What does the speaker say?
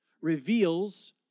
reveals